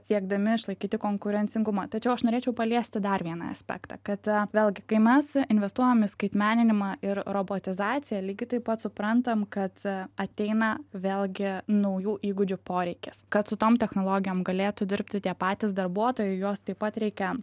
siekdami išlaikyti konkurencingumą tačiau aš norėčiau paliesti dar vieną aspektą kad vėlgi kai mes investuojam į skaitmeninimą ir robotizaciją lygiai taip pat suprantam kad ateina vėlgi naujų įgūdžių poreikis kad su tom technologijom galėtų dirbti tie patys darbuotojai juos taip pat reikia